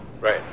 Right